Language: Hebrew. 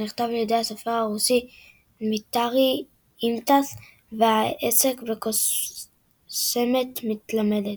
שנכתב על ידי הסופר הרוסי דמיטרי ימטס ועסק בקוסמת מתלמדת.